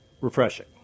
refreshing